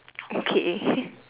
okay